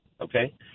okay